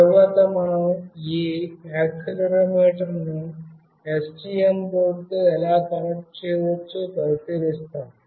తరువాత మనం ఈ యాక్సిలెరోమీటర్ను STM బోర్డుతో ఎలా కనెక్ట్ చేయవచ్చో పరిశీలిస్తాము